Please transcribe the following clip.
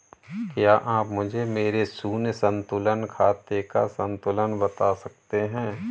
क्या आप मुझे मेरे शून्य संतुलन खाते का संतुलन बता सकते हैं?